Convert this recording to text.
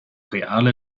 reale